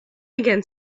again